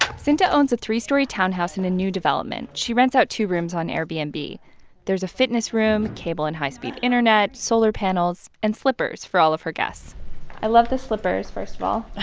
synta owns a three-story townhouse in a new development. she rents out two rooms on airbnb. there's a fitness room, cable and high speed internet, solar panels and slippers for all of her guests i love the slippers, first of all.